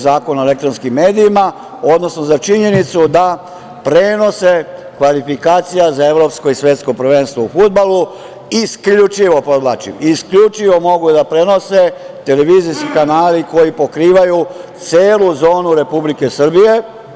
Zakona o elektronskim medijima, odnosno za činjenicu da prenose kvalifikacija za evropski i svetsko prvenstvo u fudbalu isključivo, podvlačim, isključivo mogu da prenose televizijski kanali koji pokrivaju celu zonu Republike Srbije?